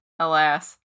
Alas